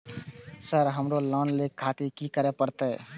Sir हमरो loan ले खातिर की करें परतें?